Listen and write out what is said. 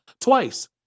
twice